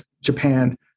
Japan